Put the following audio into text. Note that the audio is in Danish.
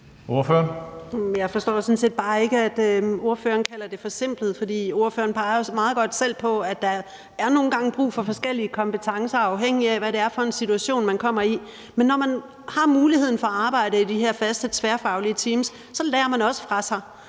Jeg forstår sådan set bare ikke, at spørgeren kalder det forsimplet. For spørgeren peger jo meget godt selv på, at der nogle gange er brug for forskellige kompetencer, afhængigt af hvad det er for en situation, man kommer i. Men når man har muligheden for at arbejde i de her faste tværfaglige teams, lærer man også fra sig.